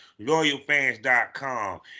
LoyalFans.com